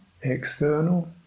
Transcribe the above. external